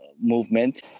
movement